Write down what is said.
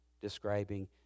describing